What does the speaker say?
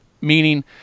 meaning